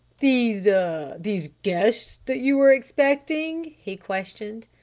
these these guests that you were expecting? he questioned.